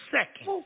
second